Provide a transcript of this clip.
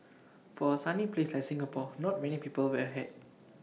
for A sunny place like Singapore not many people wear A hat